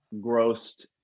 grossed